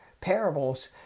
parables